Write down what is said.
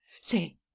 say